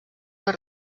per